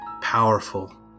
powerful